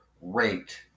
rate